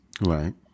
Right